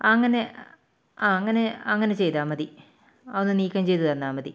അങ്ങനെ ആ അങ്ങനെ അങ്ങനെ ചെയ്താൽ മതി അതൊന്ന് നീക്കം ചെയ്ത് തന്നാൽ മതി